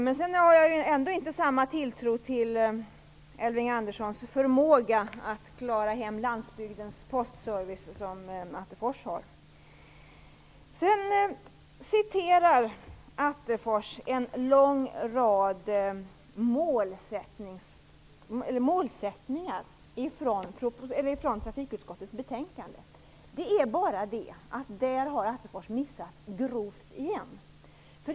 Men jag har ändå inte den tilltro till Elving Anderssons förmåga att klara hem glesbygdens postservice som Kenneth Attefors har. Kenneth Attefors läser upp en lång rad målsättningar ur trafikutskottets betänkande. Det är bara så att Kenneth Attefors även där missat grovt.